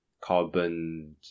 carbon